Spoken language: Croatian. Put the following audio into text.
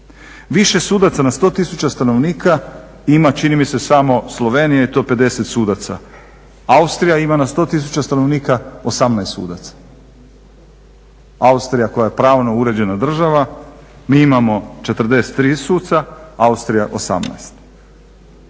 Više sudaca na 100 tisuća stanovnika ima čini mi se samo Slovenija i to 50 sudaca. Austrija ima na 100 tisuća stanovnika 18 sudaca. Austrija koja je pravno uređena država, mi imamo 43 suca, Austrija 18.